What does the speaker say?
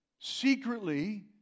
Secretly